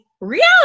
reality